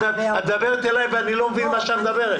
את מדברת אליי ואני לא מבין מה שאת מדברת.